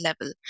level